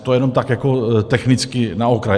To jenom tak jako technicky na okraj.